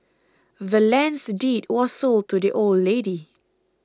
the land's deed was sold to the old lady